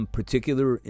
particular